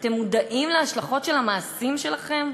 אתם מודעים להשלכות של המעשים שלכם?